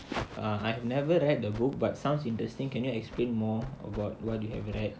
err I've never read the book but sounds interesting can you explain more about what do you have like